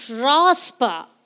prosper